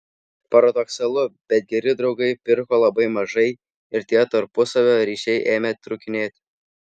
paradoksalu bet geri draugai pirko labai mažai ir tie tarpusavio ryšiai ėmė trūkinėti